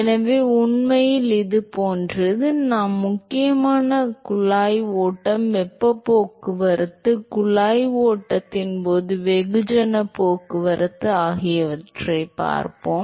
எனவே உண்மையில் இது போன்றது நாம் முக்கியமாக குழாய் ஓட்டம் வெப்ப போக்குவரத்து குழாய் ஓட்டத்தின் போது வெகுஜன போக்குவரத்து ஆகியவற்றைப் பார்ப்போம்